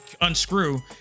unscrew